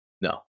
No